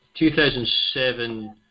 2007